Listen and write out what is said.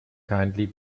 kindly